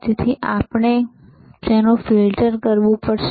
તેથી આપણે ફિલ્ટર કરવું પડશે